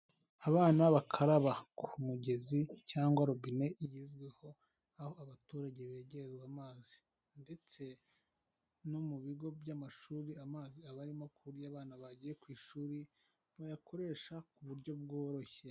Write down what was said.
Abana bakaraba ku mugezi cyangwa robine igezweho, aho abaturage begerezwa amazi ndetse no mu bigo by'amashuri, amazi aba arimo buryo abana bagiye ku ishuri bayakoresha ku buryo bworoshye.